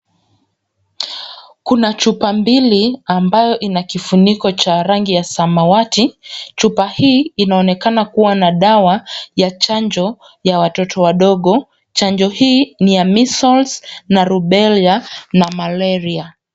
Kuna chupa mbili ambayo ina kifuniko cha rangi ya samawati. Chupa hii inaonekana kuwa na dawa ya chanjo ya watoto wadogo. Chanjo hii ni ya measles na rubela na malaria.